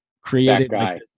created